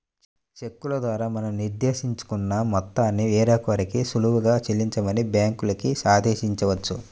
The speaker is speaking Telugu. చెక్కుల ద్వారా మనం నిర్దేశించుకున్న మొత్తాన్ని వేరొకరికి సులువుగా చెల్లించమని బ్యాంకులకి ఆదేశించవచ్చు